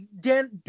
Dan